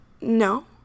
No